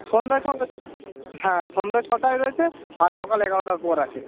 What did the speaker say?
সন্ধ্যার হ্যাঁ সন্ধে ছটায় রয়েছে আর সকাল এগারোটার পর আছে